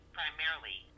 primarily